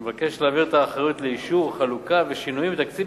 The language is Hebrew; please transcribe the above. הוא מבקש להעביר את האחריות לאישור חלוקה ושינויים בתקציב